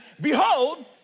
behold